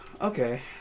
okay